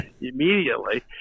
immediately